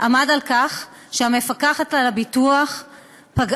עמד על כך שהמפקחת על הביטוח פגעה